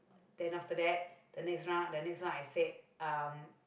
then after that the next round the next round I say um